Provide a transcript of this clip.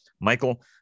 Michael